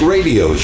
Radio